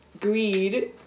greed